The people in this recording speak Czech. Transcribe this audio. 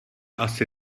asi